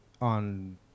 on